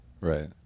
right